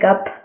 up